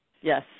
Yes